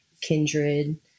Kindred